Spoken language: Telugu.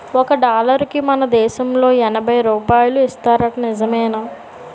ఒక డాలరుకి మన దేశంలో ఎనబై రూపాయలు ఇస్తారట నిజమేనా